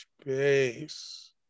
space